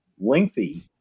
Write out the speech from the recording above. lengthy